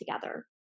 together